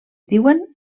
diuen